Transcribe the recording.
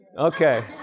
Okay